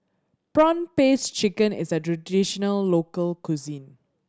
prawn paste chicken is a traditional local cuisine